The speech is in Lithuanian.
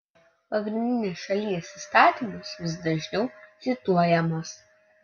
pagrindinis šalies įstatymas vis dažniau cituojamas